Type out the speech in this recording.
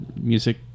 music